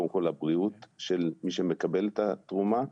קודם כל לבריאות של מי שמקבל את התרומה,